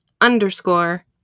underscore